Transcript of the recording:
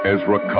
Ezra